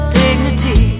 dignity